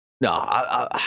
no